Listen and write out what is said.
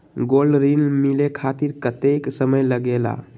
Gold ऋण मिले खातीर कतेइक समय लगेला?